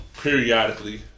periodically